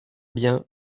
bien